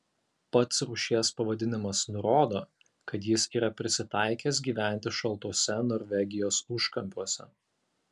pats rūšies pavadinimas nurodo kad jis yra prisitaikęs gyventi šaltuose norvegijos užkampiuose